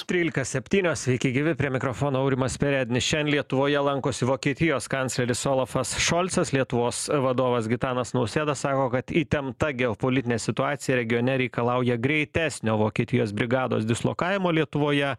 trylika septynios sveiki gyvi prie mikrofono aurimas perednis šiandien lietuvoje lankosi vokietijos kancleris olafas šolcas lietuvos vadovas gitanas nausėda sako kad įtempta geopolitinė situacija regione reikalauja greitesnio vokietijos brigados dislokavimo lietuvoje